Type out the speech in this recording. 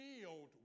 filled